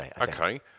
okay